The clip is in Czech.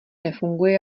nefunguje